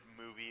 movie